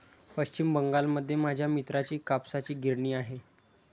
पश्चिम बंगालमध्ये माझ्या मित्राची कापसाची गिरणी आहे